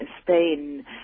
spain